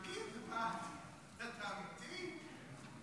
תגיד, אתה אמיתי?